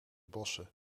bossen